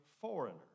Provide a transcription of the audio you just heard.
foreigner